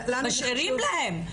משאירים להם,